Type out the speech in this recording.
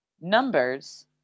numbers